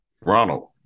Ronald